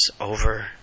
over